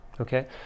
Okay